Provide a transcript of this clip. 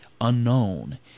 unknown